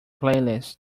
playlist